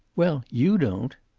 well, you don't.